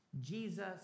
Jesus